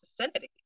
vicinity